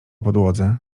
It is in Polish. podłodze